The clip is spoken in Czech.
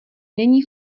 není